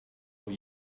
will